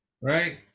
right